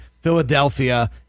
Philadelphia